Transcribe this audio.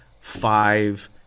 five